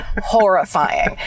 horrifying